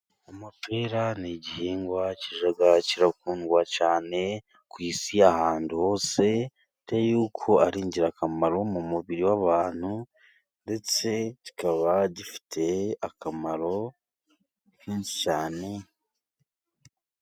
Amapera ni igihingwa kijya kirakundwa cyane ku isi, ahantu hose, bitewe n'uko ari ingirakamaro mu mubiri w'abantu, ndetse kikaba gifite akamaro kenshi cyane.